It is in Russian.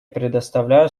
предоставляю